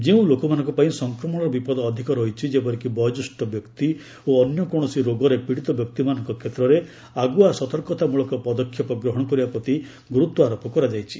ଯେଉଁ ଲୋକମାନଙ୍କ ପାଇଁ ସଂକ୍ରମଶର ବିପଦ ଅଧିକ ରହିଛି ଯେପରି କି ବୟୋଜ୍ୟେଷ୍ଠ ବ୍ୟକ୍ତି ଓ ଅନ୍ୟ କୌଣସି ରୋଗରେ ପୀଡ଼ିତ ବ୍ୟକ୍ତିମାନଙ୍କ କ୍ଷେତ୍ରରେ ଆଗୁଆ ସତର୍କତା ମୂଳକ ପଦକ୍ଷେପ ଗ୍ରହଣ କରିବା ପ୍ରତି ଗୁରୁତ୍ୱାରୋପ କରାଯାଇଛି